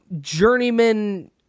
journeyman